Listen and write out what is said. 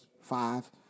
five